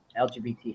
LGBT